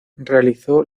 realizó